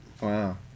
Wow